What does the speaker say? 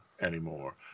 anymore